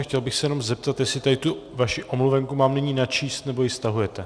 Chtěl bych se jenom zeptat, jestli tady tu vaši omluvenku mám nyní načíst nebo ji stahujete.